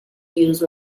use